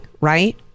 Right